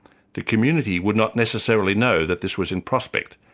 the community would not necessarily know that this was in prospect,